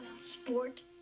sport